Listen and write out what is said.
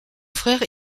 frère